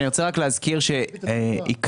אני רוצה רק להזכיר שזהו אחד מהמהלכים שאחראיים